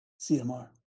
CMR